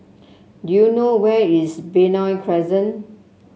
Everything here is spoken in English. do you know where is Benoi Crescent